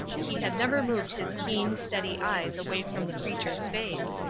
he had never moved his keen, steady eyes away from the preacher's face.